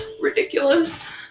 Ridiculous